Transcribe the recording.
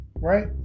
Right